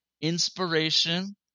Inspiration